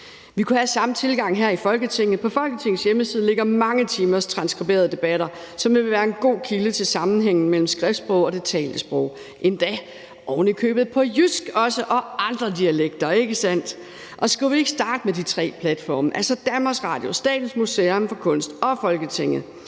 Vi kunne have samme tilgang her i Folketinget. På Folketingets hjemmeside ligger mange timers transskriberede debatter, som vil være en god kilde til sammenhængen mellem skriftsprog og det talte sprog, endda ovenikøbet også på jysk og andre dialekter, ikke sandt? Skulle vi ikke starte med de tre platforme, altså DR, Statens Museum for Kunst og Folketinget?